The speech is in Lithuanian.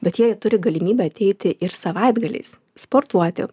bet jie turi galimybę ateiti ir savaitgaliais sportuoti